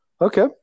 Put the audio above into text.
Okay